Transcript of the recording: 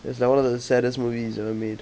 it's like one of the saddest movie he's ever made